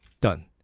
Done